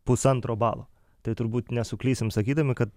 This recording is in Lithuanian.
pusantro balo tai turbūt nesuklysim sakydami kad